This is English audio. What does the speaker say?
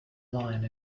lion